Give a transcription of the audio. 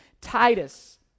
Titus